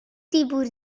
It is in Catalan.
tipus